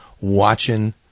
watching